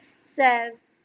says